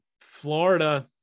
florida